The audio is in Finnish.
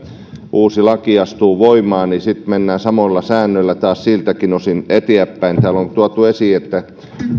uusi laki astuu voimaan niin että sitten mennään samoilla säännöillä taas siltäkin osin eteenpäin täällä on tuotu esiin